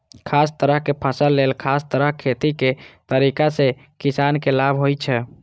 खास तरहक फसल लेल खास तरह खेतीक तरीका सं किसान के लाभ होइ छै